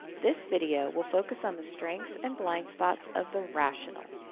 this video will focus on the strengths and blind spots of the rational.